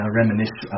reminisce